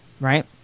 right